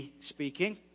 speaking